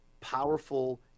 powerful